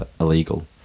illegal